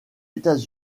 états